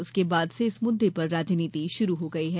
उसके बाद से इस मुद्दे पर राजनीति शुरू हो गई है